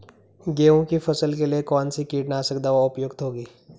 गेहूँ की फसल के लिए कौन सी कीटनाशक दवा उपयुक्त होगी?